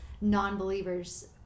non-believers